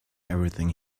everything